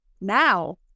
now